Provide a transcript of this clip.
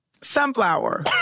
Sunflower